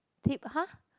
!huh!